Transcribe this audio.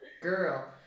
Girl